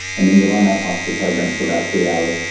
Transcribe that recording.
and then you line up after the program for about three hours,